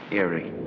Eerie